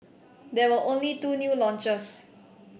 there were only two new launches